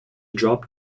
dropped